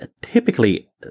typically